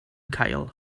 cael